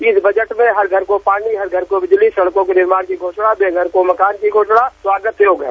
इस बजट में हर घर को पानी हर घर को बिजली सड़कों के लिए निर्माण की घोषणा बेघर को मकान की घोषणा स्वागत योग्य है